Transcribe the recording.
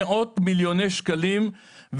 מאות מיליוני שקלים,